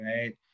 right